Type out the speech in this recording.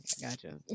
Gotcha